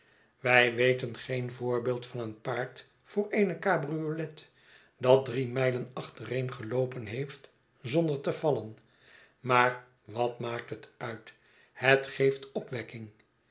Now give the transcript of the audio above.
wij weten geeo voorbeeld van een paard voor eene cabriolet dat drie mijlen achtereen geloopen heeft zonder te vallen maar wat maakt dat uit het geeft opwekking